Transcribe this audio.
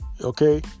Okay